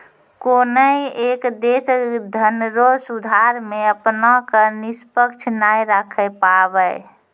कोनय एक देश धनरो सुधार मे अपना क निष्पक्ष नाय राखै पाबै